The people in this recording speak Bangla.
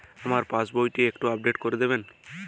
আমার পাসবই টি একটু আপডেট করে দেবেন?